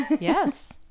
yes